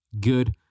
good